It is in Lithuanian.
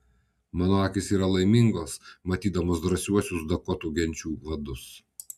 mano akys yra laimingos matydamos drąsiuosius dakotų genčių vadus